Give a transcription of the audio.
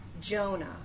Jonah